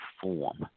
form